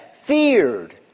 feared